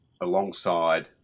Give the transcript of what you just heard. alongside